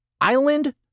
Island